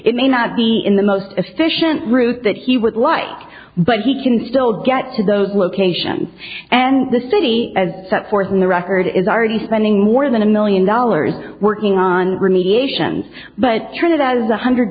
it may not be in the most efficient route that he would like but he can still get to those locations and the city as set forth in the record is already spending more than a million dollars working on remediation but turnabout is a hundred